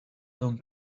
ton